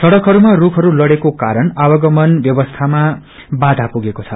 सड़कळरूमा रूखहरू लड़ेको कारण आवागमन व्यवस्थामा वाषा पुगेको छ